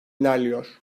ilerliyor